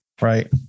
right